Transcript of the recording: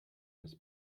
his